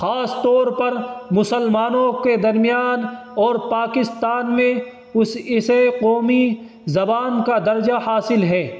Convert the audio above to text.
خاص طور پر مسلمانوں کے درمیان اور پاکستان میں اسے قومی زبان کا درجہ حاصل ہے